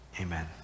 Amen